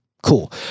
Cool